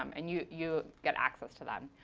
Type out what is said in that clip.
um and you you get access to them.